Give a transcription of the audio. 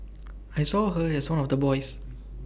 I saw her as one of the boys